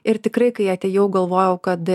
ir tikrai kai atėjau galvojau kad